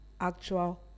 actual